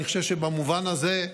אני חושב שבמובן הזה,